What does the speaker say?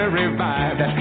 revived